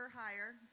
higher